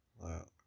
Wow